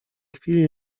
chwili